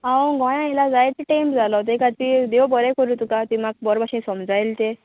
हांव गोंया येयलां जायतो तेंम जालो ते खातीर देव बरें करूं तुका तुये म्हाका बरो भाशेन समजायलें तें